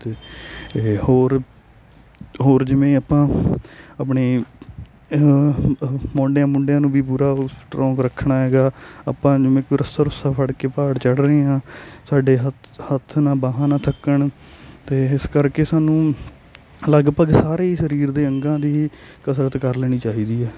ਅਤੇ ਇਹ ਹੋਰ ਹੋਰ ਜਿਵੇਂ ਆਪਾਂ ਆਪਣੇ ਮੋਡਿਆਂ ਮੂੰਡਿਆਂ ਨੂੰ ਵੀ ਪੂਰਾ ਉਸ ਸਟਰੋਂਗ ਰੱਖਣਾ ਹੈਗਾ ਆਪਾਂ ਜਿਵੇਂ ਕੋਈ ਰੱਸਾ ਰੁੱਸਾ ਫੜ੍ਹ ਕੇ ਪਹਾੜ ਚੜ੍ਹ ਰਹੇ ਹਾਂ ਸਾਡੇ ਹੱਥ ਨਾ ਬਾਹਾਂ ਨਾ ਥੱਕਣ ਤਾਂ ਇਸ ਕਰਕੇ ਸਾਨੂੰ ਲਗਭਗ ਸਾਰੇ ਹੀ ਸਰੀਰ ਦੇ ਅੰਗਾਂ ਦੀ ਕਸਰਤ ਕਰ ਲੈਣੀ ਚਾਹੀਦੀ ਹੈ